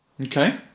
Okay